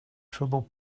trouble